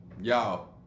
Y'all